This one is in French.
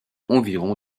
environ